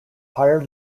higher